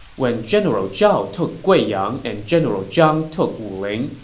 when general zhao took guiyang and general zhang took wuling,